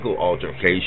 altercation